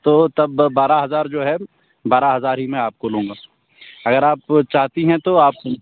تو تب بارہ ہزار جو ہے بارہ ہزار ہی میں آپ کو لوں گا اگر آپ چاہتی ہیں تو آپ